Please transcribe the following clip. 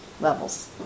levels